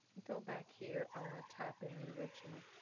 go back here. i want to type in the original,